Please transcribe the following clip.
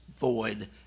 void